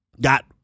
got